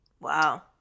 Wow